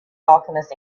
alchemist